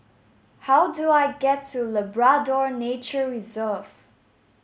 how do I get to Labrador Nature Reserve